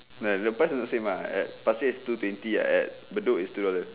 but the price not same ah at pasir ris two twenty at bedok is two dollar